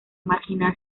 marginal